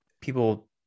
people